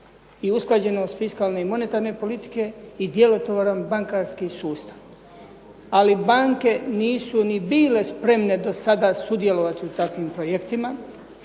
i usklađenost fiskalne i monetarne politike i djelotvoran bankarski sustav. Ali banke nisu ni bile spremne do sada sudjelovati u takvim projektima